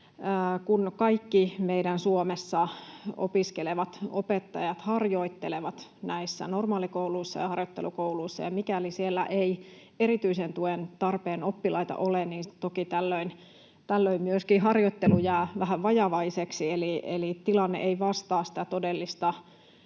Kaikki meidän Suomessa opiskelevat opettajat harjoittelevat näissä normaalikouluissa ja harjoittelukouluissa. Mikäli siellä ei erityisen tuen tarpeen oppilaita ole, niin toki tällöin myöskin harjoittelu jää vähän vajavaiseksi, eli tilanne ei vastaa sitä todellista